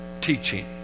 teaching